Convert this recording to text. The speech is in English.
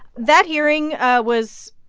that hearing was,